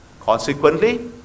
Consequently